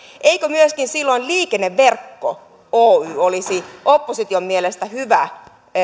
eikö myöskin silloin liikenneverkko oy olisi opposition mielestä hyvä